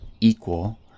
equal